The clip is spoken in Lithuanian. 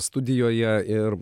studijoje ir